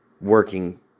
working